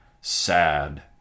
sad